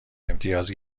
امتیاز